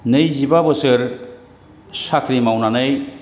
नैजिबा बोसोर साख्रि मावनानै